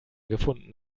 gefunden